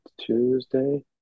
Tuesday